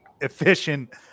efficient